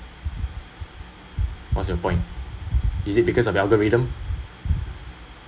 what’s your point is it because of algorithm